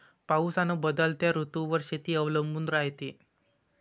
पाऊस अन बदलत्या ऋतूवर शेती अवलंबून रायते